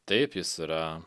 taip jis yra